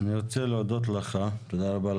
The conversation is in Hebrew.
אני רוצה להודות לך, תודה רבה.